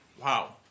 Wow